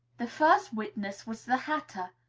the first witness was the hatter.